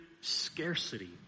scarcity